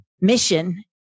mission